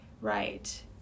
Right